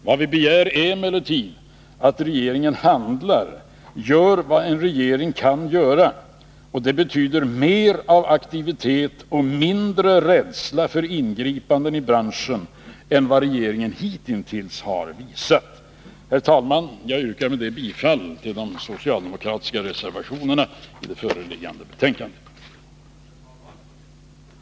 Vad vi begär är emllertid att regeringen handlar, gör vad en regering kan göra, och det betyder mer av aktivitet och mindre rädsla för ingripanden i branschen än vad regeringen hittills har visat. Herr talman! Jag yrkar bifall till de socialdemokratiska reservationerna i det föreliggande betänkandet.